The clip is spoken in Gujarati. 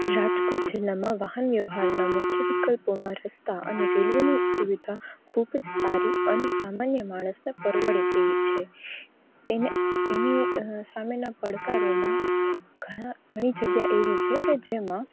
રાજકોટ જિલ્લામાં વાહન વ્યવહરના મુખ્ય વિકલ્પોમાં રસ્તા અને રેલવેની સુવિધા ખૂબ જ સારી અને સામાન્ય માણસને પરવડે તેવી છે તેને તેની સામેના પડકારોમાં ઘણા ઘણી જગ્યા એવી છેકે જેમાં